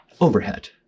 overhead